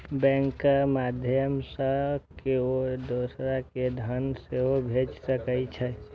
बैंकक माध्यय सं केओ दोसर कें धन सेहो भेज सकै छै